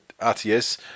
RTS